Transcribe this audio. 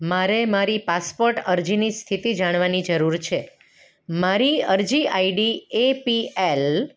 મારે મારી પાસપોટ અરજીની સ્થિતિ જાણવાની જરૂર છે મારી અરજી આઇડી એ પી એલ